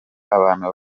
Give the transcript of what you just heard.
abantu